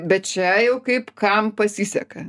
bet čia jau kaip kam pasiseka